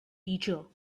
creature